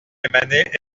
année